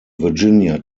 virginia